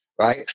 right